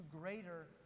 greater